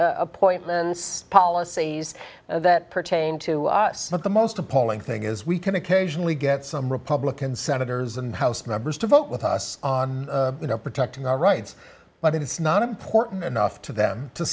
appointments policies that pertain to some of the most appalling thing is we can occasionally get some republican senators and house members to vote with us on protecting our rights but it's not important enough to them to